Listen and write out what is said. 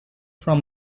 from